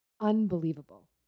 Unbelievable